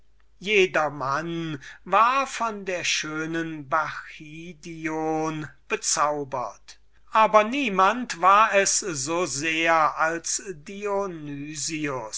jedermann war von der schönen bacchidion bezaubert aber niemand war es so sehr als